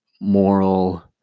moral